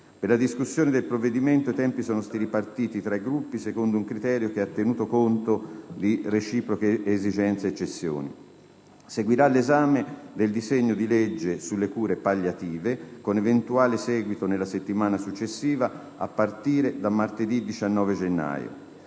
Per la discussione del provvedimento i tempi sono stati ripartiti tra i Gruppi secondo un criterio che ha tenuto conto di reciproche esigenze e cessioni. Seguirà l'esame del disegno di legge sulle cure palliative, con eventuale seguito nella settimana successiva, a partire da martedì 19 gennaio.